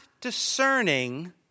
discerning